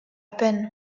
peine